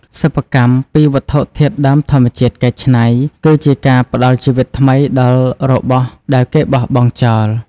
សិប្បកម្មពីវត្ថុធាតុដើមធម្មជាតិកែច្នៃ គឺជាការផ្តល់ជីវិតថ្មីដល់របស់ដែលគេបោះបង់ចោល។